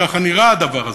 ככה נראה הדבר הזה.